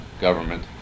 government